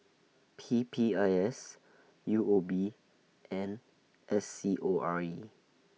P P I S U O B and S C O R E